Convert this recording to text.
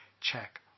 check